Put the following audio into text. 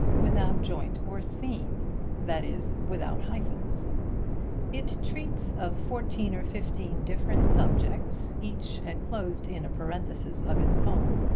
without joint or seam that is, without hyphens it treats of fourteen or fifteen different subjects, each enclosed in a parenthesis of its own,